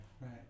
right